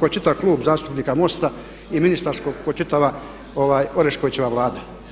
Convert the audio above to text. ko čitav klub zastupnika MOST-a i ministarskog ko čitava Oreškovićeva vlada.